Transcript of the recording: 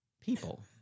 people